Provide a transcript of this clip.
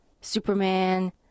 Superman